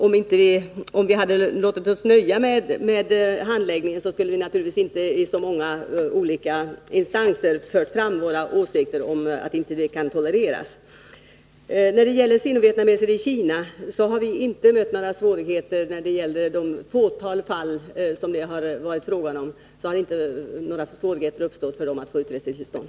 Om vi hade låtit oss nöja med handläggningen skulle vi naturligtvis inte i så många olika instanser ha fört fram våra åsikter och sagt att detta inte kan tolereras. Beträffande sino-vietnameser i Kina vill jag säga att vi inte har mött några svårigheter i de få fall det varit fråga om när det gällt att få utresetillstånd.